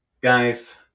Guys